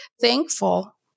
thankful